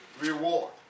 reward